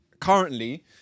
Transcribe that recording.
currently